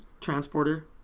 transporter